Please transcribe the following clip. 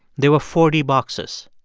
there were forty boxes.